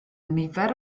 nifer